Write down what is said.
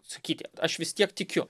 sakyti aš vis tiek tikiu